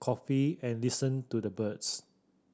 coffee and listen to the birds